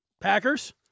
Packers